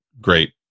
great